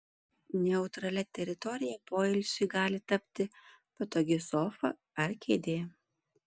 neutralia teritorija poilsiui gali tapti patogi sofa ar kėdė